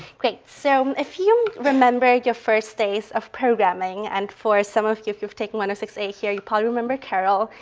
great. so, if you remember your first days of programming and for some of you, if you've taken one of six-eight here, you'll probably remember karel.